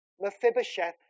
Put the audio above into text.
Mephibosheth